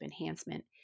Enhancement